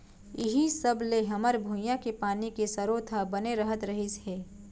इहीं सब ले हमर भुंइया के पानी के सरोत ह बने रहत रहिस हे